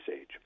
age